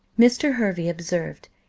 mr. hervey observed,